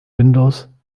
windows